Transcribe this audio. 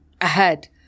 ahead